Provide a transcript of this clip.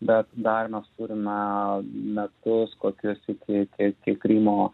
bet dar mes turime metus kokius iki iki iki krymo